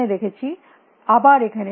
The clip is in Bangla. আমরা এখানে দেখেছি আমরা আবার এখানে দেখছি